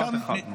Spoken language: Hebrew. משפט אחד.